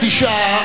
התשע"ב 2012,